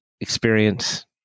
experience